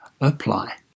apply